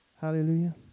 Hallelujah